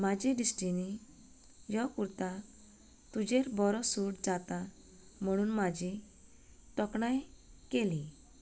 म्हाजे दृश्टीन हो कुर्ता तुजेर बरो सूट जाता म्हणून म्हाजी तोखणाय केली